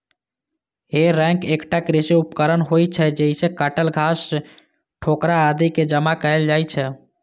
हे रैक एकटा कृषि उपकरण होइ छै, जइसे काटल घास, ठोकरा आदि कें जमा कैल जाइ छै